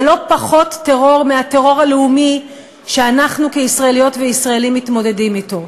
זה לא פחות טרור מהטרור הלאומי שאנחנו כישראליות וישראלים מתמודדים אתו,